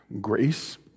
grace